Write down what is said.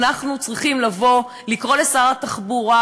אנחנו צריכים לקרוא לשר התחבורה,